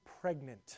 pregnant